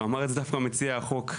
ואמר את זה דווקא מציע החוק,